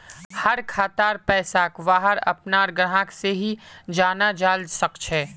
हर खातार पैसाक वहार अपनार ग्राहक से ही जाना जाल सकछे